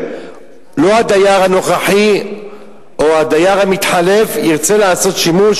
הדייר הנוכחי או הדייר המתחלף ירצה לעשות שימוש.